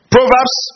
Proverbs